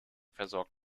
versorgt